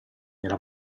nella